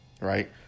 right